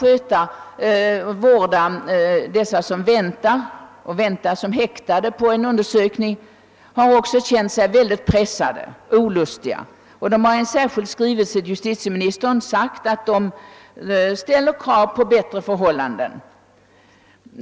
häktade som väntar på en undersökning har också känt sig pressad av att den föreskrivna tidsgränsen inte hålles. Den har i en särskild skrivelse till justitieministern ställt krav på bättre förhållanden.